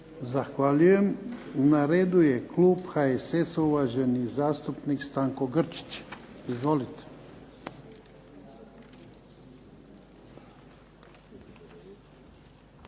Zahvaljujem. Na redu je klub HSS-a, uvaženi zastupnik Stanko Grčić. Izvolite.